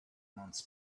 months